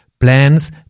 Plans